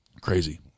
Crazy